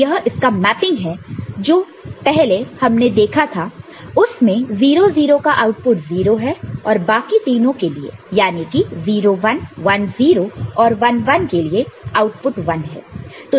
तो यह इसका मैपिंग है और जो पहले हमने देखा था उसमें 0 0 का आउटपुट 0 है और बाकी तीनों के लिए याने की 0 1 1 0 और 1 1 के लिए आउटपुट 1 है